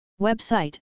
Website